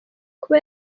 kuba